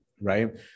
right